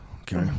okay